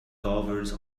governs